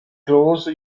große